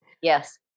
Yes